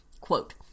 Quote